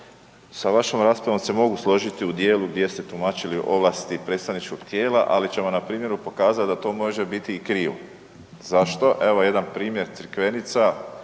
sa vašom raspravom se mogu složiti u dijelu gdje ste tumačili ovlasti predstavničkog tijela, ali ćemo na primjeru pokazat da to može biti i krivo. Zašto? Evo jedan primjer, Crikvenica